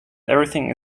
everything